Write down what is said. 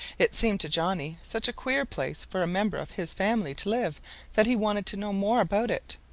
it seemed to johnny such a queer place for a member of his family to live that he wanted to know more about it.